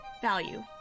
value